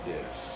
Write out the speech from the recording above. Yes